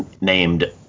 Named